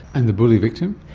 and the bully victim?